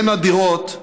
בין הדירות יש,